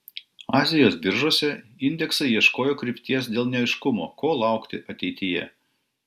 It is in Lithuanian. azijos biržose indeksai ieškojo krypties dėl neaiškumo ko laukti ateityje